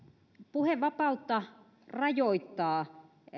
puhevapautta rajoittaa